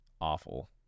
awful